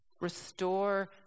Restore